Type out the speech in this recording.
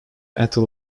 ethel